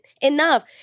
enough